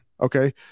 Okay